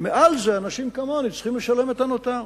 מעל זה אנשים כמוני צריכים לשלם את הנותר.